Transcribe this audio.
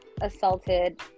assaulted